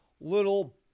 little